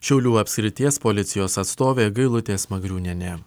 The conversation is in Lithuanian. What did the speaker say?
šiaulių apskrities policijos atstovė gailutė smagriūnienė